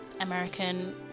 American